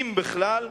אם בכלל,